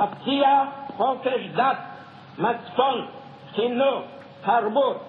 תבטיח חופש דת, מצפון, חינוך, תרבות ולשון,